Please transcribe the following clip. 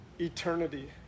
Eternity